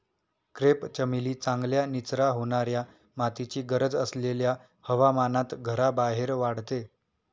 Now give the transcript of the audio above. crepe चमेली चांगल्या निचरा होणाऱ्या मातीची गरज असलेल्या हवामानात घराबाहेर वाढते